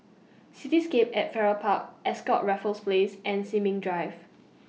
Cityscape At Farrer Park Ascott Raffles Place and Sin Ming Drive